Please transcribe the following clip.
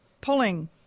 pulling